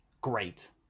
great